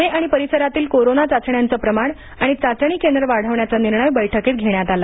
पुणे आणि परिसरातील कोरोना चाचण्यांचं प्रमाण आणि चाचणी केंद्र वाढवण्याचा निर्णय बैठकीत घेण्यात आला